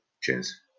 Cheers